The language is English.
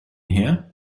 here